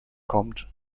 kommt